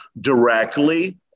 directly